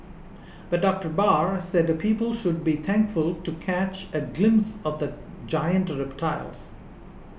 but Doctor Barr said people should be thankful to catch a glimpse of giant reptiles